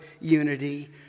unity